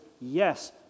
yes